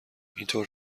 اینطور